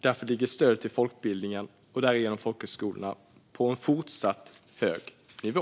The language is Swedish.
Därför ligger stödet till folkbildningen, och därigenom folkhögskolorna, fortsatt på en hög nivå.